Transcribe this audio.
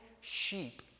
sheep